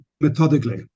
methodically